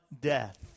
death